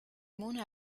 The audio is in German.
mona